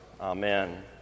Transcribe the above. Amen